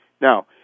Now